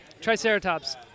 Triceratops